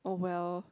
!oh well!